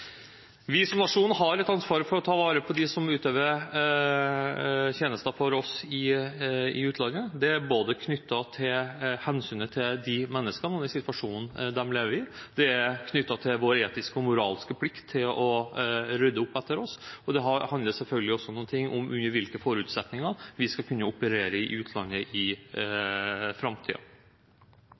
Vi som nasjon har et ansvar for å ta vare på dem som utøver tjenester for oss i utlandet. Det er knyttet til hensynet til disse menneskene og den situasjonen de lever i, det er knyttet til vår etiske og moralske plikt til å rydde opp etter oss, og det handler selvfølgelig også noe om under hvilke forutsetninger vi skal kunne operere i utlandet i